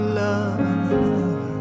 love